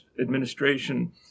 administration